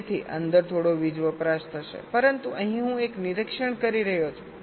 તેથી અંદર થોડો વીજ વપરાશ થશે પરંતુ અહીં હું એક નિરીક્ષણ કરી રહ્યો છું